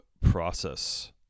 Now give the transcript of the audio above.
process